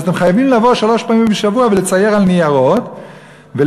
אתם חייבים לבוא שלוש פעמים בשבוע ולצייר על ניירות ולגזור.